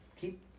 Keep